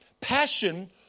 Passion